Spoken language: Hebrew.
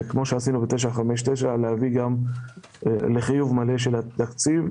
וכמו שעשינו ב-929, להביא לחיוב מלא של התקציב.